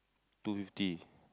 two fifty